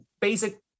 basic